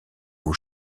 aux